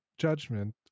judgment